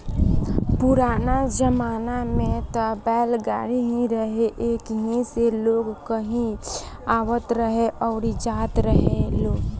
पुराना जमाना में त बैलगाड़ी ही रहे एही से लोग कहीं आवत रहे अउरी जात रहेलो